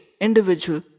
individual